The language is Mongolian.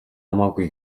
хамаагүй